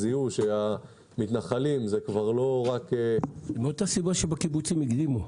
זיהו שהמתנחלים הם כבר לא רק --- מאותה סיבה שהקיבוצים הקדימו.